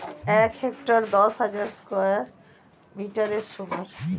এক হেক্টার দশ হাজার স্কয়ার মিটারের সমান